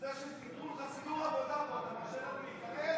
אתה מאפשר לי להיכנס?